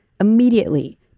Immediately